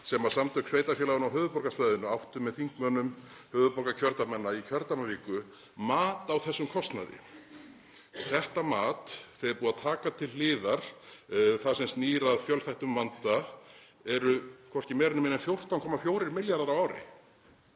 sem Samtök sveitarfélaga á höfuðborgarsvæðinu áttu með þingmönnum höfuðborgarkjördæmanna í kjördæmaviku mat á þessum kostnaði. Þetta mat, þegar búið er að taka til hliðar það sem snýr að fjölþættum vanda, er hvorki meira né minna en 14,4 milljarðar á ári.